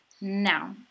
Now